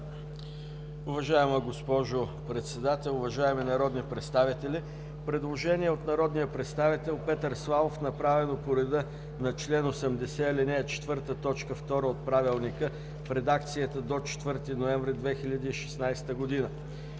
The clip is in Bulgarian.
Уважаема госпожо Председател, уважаеми народни представители! Предложение на народния представител Петър Славов, направено по реда на чл. 80, ал. 4, т. 2 от ПОДНС в редакцията до 4 ноември 2016 г.